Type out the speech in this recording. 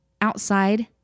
outside